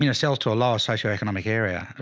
you know, sales to a lower socioeconomic area, ah